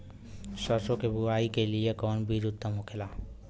सरसो के बुआई के लिए कवन बिज उत्तम होखेला?